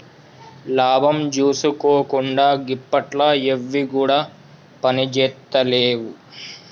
లాభం జూసుకోకుండ గిప్పట్ల ఎవ్విగుడ పనిజేత్తలేవు